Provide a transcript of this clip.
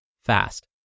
fast